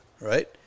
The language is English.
Right